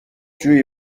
جویی